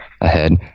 ahead